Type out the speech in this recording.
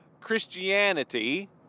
Christianity